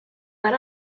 let